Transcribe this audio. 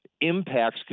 impacts